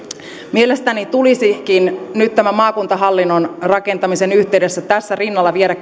mielestäni tulisikin nyt tämän maakuntahallinnon rakentamisen yhteydessä tässä rinnalla vielä